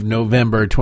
November